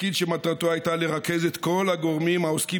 תפקיד שמטרתו הייתה לרכז את כל הגורמים העוסקים